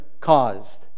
caused